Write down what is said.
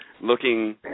looking